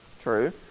true